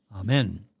Amen